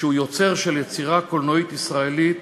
שהוא יוצר של יצירה קולנועית ישראלית